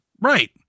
right